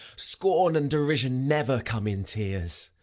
scorn and derision never come in tears.